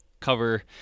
cover